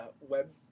web